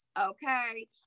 okay